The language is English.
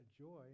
joy